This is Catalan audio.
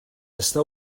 està